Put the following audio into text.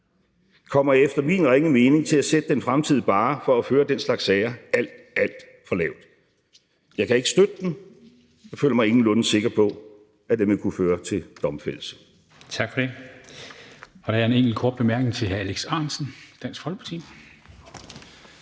kommer efter min ringe mening til at sætte den fremtidige barre for at føre den slags sager alt, alt for lavt. Jeg kan ikke støtte den. Jeg føler mig ingenlunde sikker på, at den vil kunne føre til domfældelse.